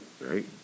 right